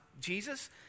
Jesus